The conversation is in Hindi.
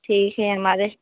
ठीक है हमारे